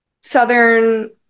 southern